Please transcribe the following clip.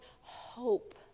hope